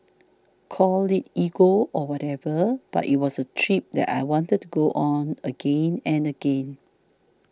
call it ego or whatever but it was a trip that I wanted to go on again and again